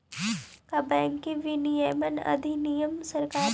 का बैंकिंग विनियमन अधिनियम सरकारी हई?